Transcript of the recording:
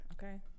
Okay